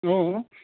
अह